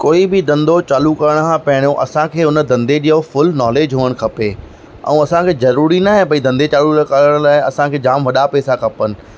कोई बि धंदो चालू करण खां पहिरियों असांखे हुन धंदे जूं फुल नॉलेज हुअण खपे ऐं असांखे ज़रूरी न आहे भई धंदे चालू करण लाइ असांखे जाम वॾा पैसा खपनि